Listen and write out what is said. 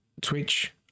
Twitch